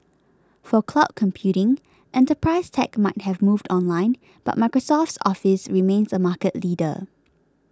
for cloud computing enterprise tech might have moved online but Microsoft's Office remains a market leader